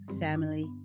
family